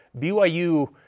BYU